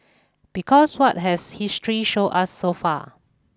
because what has history showed us so far